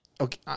Okay